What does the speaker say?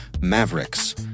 Mavericks